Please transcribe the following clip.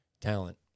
talent